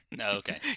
okay